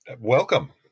Welcome